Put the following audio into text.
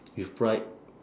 with pride